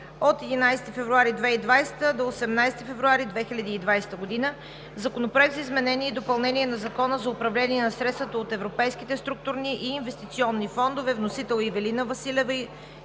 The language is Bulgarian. от 11 февруари до 18 февруари 2020 г.: Законопроект за изменение и допълнение на Закона за управление на средствата от европейските структурни и инвестиционни фондове. Вносител – Ивелина Василева